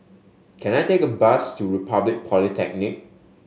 can I take a bus to Republic Polytechnic